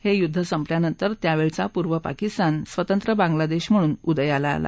हे युद्ध संपल्यानंतरच त्यावेळचा पूर्व पाकिस्तान स्वतंत्र बांगलादेश म्हणून उदयाला आला